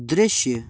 दृश्य